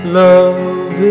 love